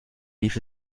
lief